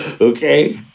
Okay